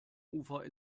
ufer